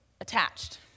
attached